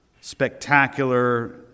spectacular